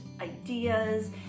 ideas